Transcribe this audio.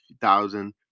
thousand